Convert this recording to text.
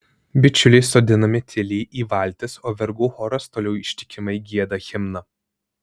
bičiuliai sodinami tyliai į valtis o vergų choras toliau ištikimai gieda himną